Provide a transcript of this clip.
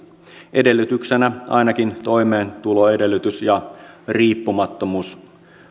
edellytyksenä ainakin toimeentuloedellytys ja riippumattomuus